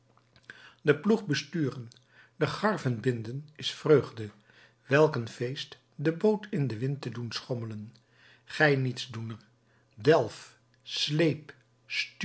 den ploeg besturen de garven binden is vreugde welk een feest de boot in den wind te doen schommelen gij nietsdoener delf sleep